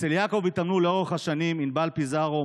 אצל יעקב התאמנו לאורך השנים ענבל פיזרו,